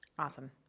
Awesome